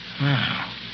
Wow